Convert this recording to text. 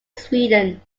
sweden